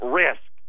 risk